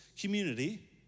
community